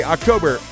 October